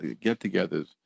get-togethers